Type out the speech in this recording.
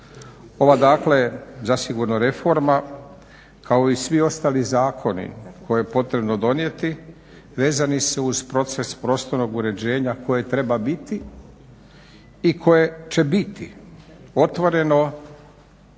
Ova dakle, zasigurno reforma kao i svi ostali zakoni koje je potrebno donijeti vezani su uz proces prostornog uređenja koje treba biti i koje će biti otvoren